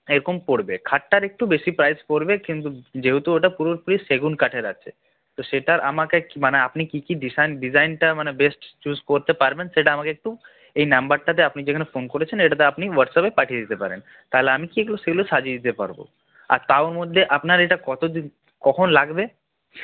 এইরকম পড়বে খাটটার একটু বেশী প্রাইজ পড়বে কিন্তু যেহেতু ওটা পুরোপুরি সেগুন কাঠের আছে তো সেটার আমাকে মানে আপনি কী কী ডিজাইন ডিজাইনটা মানে বেস্ট চুজ করতে পারবেন সেটা আমাকে একটু এই নাম্বারটাতে আপনি যেখানে ফোন করেছেন এটাতে আপনি হোয়াটসঅ্যাপে পাঠিয়ে দিতে পারেন তাহলে আমি কি সেগুলো সাজিয়ে দিতে পারবো আর তাও মধ্যে আপনার এটা কত দিন কখন লাগবে